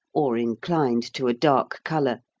or inclined to a dark colour,